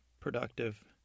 productive